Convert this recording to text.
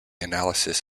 analysis